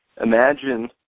Imagine